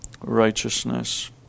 righteousness